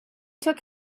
took